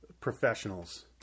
professionals